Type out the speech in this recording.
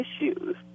issues